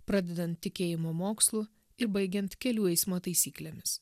pradedant tikėjimo mokslu ir baigiant kelių eismo taisyklėmis